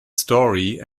story